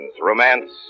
romance